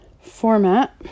format